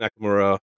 Nakamura